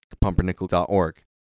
pumpernickel.org